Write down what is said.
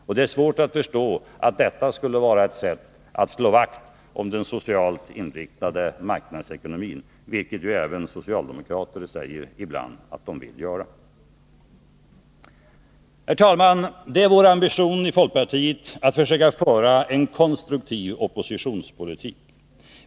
Det är också svårt att förstå hur detta skulle vara ett sätt att slå vakt om den socialt inriktade marknadsekonomin, vilket ju även socialdemokrater ibland säger att de vill göra. Herr talman! Det är vår ambition i folkpartiet att försöka föra en konstruktiv oppositionspolitik.